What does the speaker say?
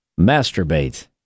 masturbate